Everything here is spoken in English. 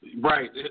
Right